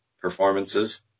performances